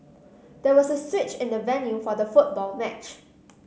there was a switch in the venue for the football match